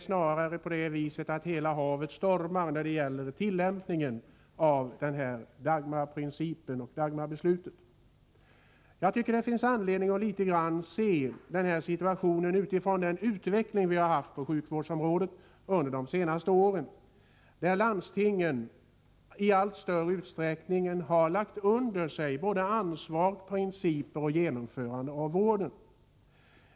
Snarare är uttrycket hela havet stormar det rätta när det gäller tillämpningen av Dagmarbeslutet. Det finns anledning att något studera denna situation mot bakgrund av den utveckling som vi under de senaste åren har haft på sjukvårdsområdet. Landstingen har i allt större utsträckning lagt under sig ansvar, principer och genomförande av vården.